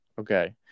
okay